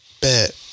Bet